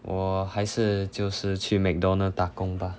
我还是就是去 McDonald's 打工吧